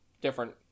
different